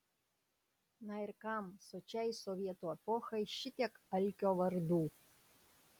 na ir kam sočiai sovietų epochai šitiek alkio vardų